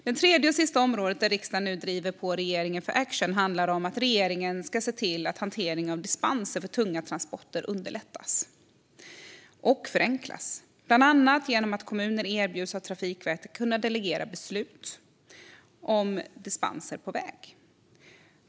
Det tredje och sista området där riksdagen nu driver på regeringen för action handlar om att regeringen ska se till att hanteringen av dispenser för tunga transporter underlättas och förenklas, bland annat genom att Trafikverket erbjuder kommunerna att delegera beslut om dispenser på väg.